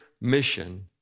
mission